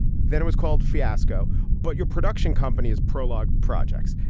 then it was called fiasco. but your production company is prologue projects.